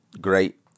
great